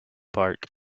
park